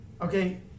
okay